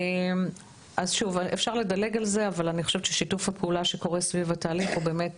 אני חושבת ששיתוף הפעולה שקורה סביב התהליך הוא באמת